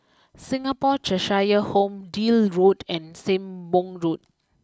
Singapore Cheshire Home Deal Road and Sembong Road